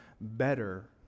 better